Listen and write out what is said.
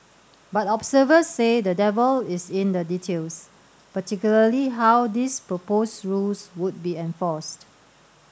but observers say the devil is in the details particularly how these proposed rules would be enforced